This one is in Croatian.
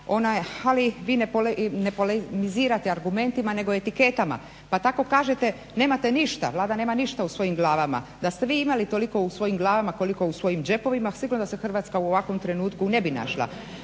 ali vi ne polemizirate argumentima nego etiketama. Pa tako kažete nemate ništa, Vlada nema ništa u svojim glavama, da ste vi imali toliko u svojim glavama koliko u svojim džepovima sigurno se Hrvatska u ovakvom trenutku ne bi našla.